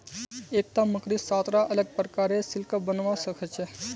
एकता मकड़ी सात रा अलग प्रकारेर सिल्क बनव्वा स ख छ